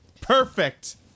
Perfect